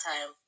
time